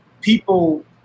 people